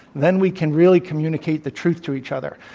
then we can really communicate the truth to each other.